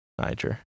Niger